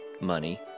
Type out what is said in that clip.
money